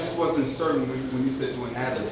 wasn't certain when you said doing